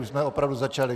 Už jsme opravdu začali.